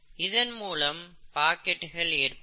இதன்மூலம் பாக்கெட்கள் ஏற்படும்